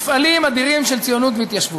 מפעלים אדירים של ציונות והתיישבות.